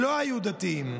שלא היו דתיים,